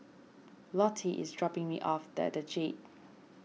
Lottie is dropping me off at the Jade